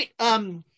right